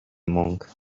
monk